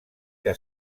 que